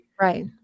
right